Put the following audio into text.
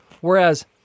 Whereas